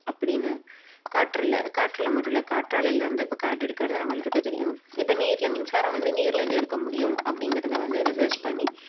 அப்படின்னு காற்றில் காற்றில் மட்டுமில்ல காற்றாலையிலேருந்தே இப்போ கரண்ட் எடுக்கிறது நம்ம எல்லோருக்கும் தெரியும் இப்போ நீரில் மின்சாரம் வந்து நீர்லேருந்து எடுக்க முடியும் அப்டிங்கிறது வந்து ரிஸர்ச் பண்ணி